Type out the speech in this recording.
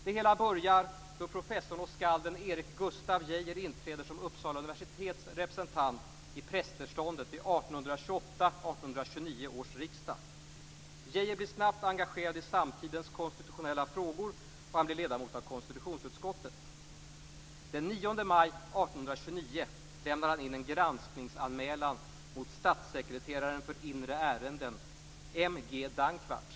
Det hela börjar då professorn och skalden Erik Geijer blir snabbt engagerad i samtidens konstitutionella frågor och han blir ledamot av konstitutionsutskottet. Den 9 maj 1829 lämnar han in en granskningsanmälan mot statssekreteraren för inre ärenden M G Dankwardt.